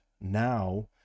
now